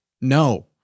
No